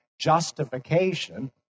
justification